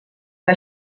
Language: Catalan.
que